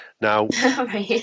Now